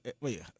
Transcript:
Wait